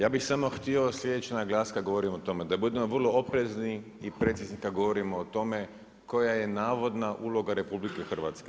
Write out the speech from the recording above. Ja bih samo htio sljedeće naglasiti kad govorimo o tome, da budemo vrlo oprezni i precizni kad govorimo o tome, koja je navodna uloga RH.